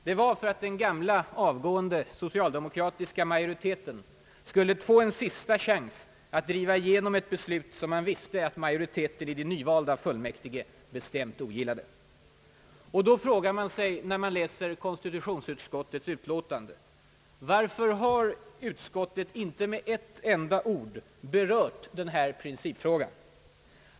Det var för att den avgående socialdemokratiska majoriteten skulle få en sista chans att driva igenom ett beslut, som man visste att majoriteten i de nyvalda fullmäktige bestämt ogillade. När man läser konstitutionsutskottets utlåtande frågar man sig varför utskottet inte med ett enda ord berört denna principfråga.